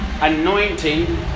anointing